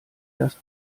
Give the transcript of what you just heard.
das